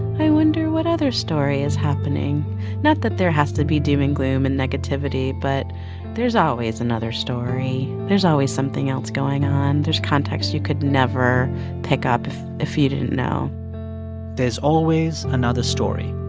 i wonder what other story is happening not that there has to be doom and gloom and negativity. but there's always another story. there's always something else going on. there's context you could never pick up if you didn't know there's always another story.